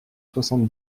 soixante